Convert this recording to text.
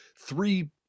three